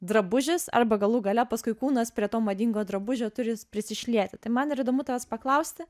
drabužis arba galų gale paskui kūnas prie to madingo drabužio turi prisišlieti tai man ir įdomu tavęs paklausti